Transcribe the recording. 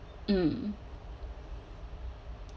mm